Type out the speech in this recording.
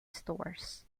stores